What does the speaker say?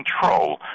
control